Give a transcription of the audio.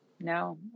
No